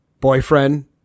boyfriend